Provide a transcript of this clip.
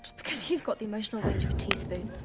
because you've got the emotional range of a teaspoon.